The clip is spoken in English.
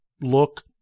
look